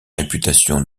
réputation